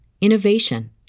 innovation